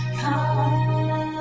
come